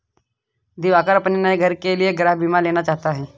दिवाकर अपने नए घर के लिए गृह बीमा लेना चाहता है